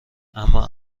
اما